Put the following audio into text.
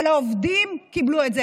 אבל העובדים קיבלו את זה.